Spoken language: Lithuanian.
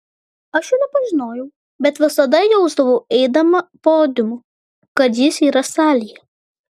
aš jo nepažinojau bet visada jausdavau eidama podiumu kad jis yra salėje